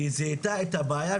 היא זיהתה את הבעיה,